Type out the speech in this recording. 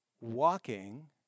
walking